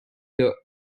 the